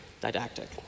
didactic